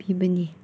ꯕꯤꯕꯅꯤ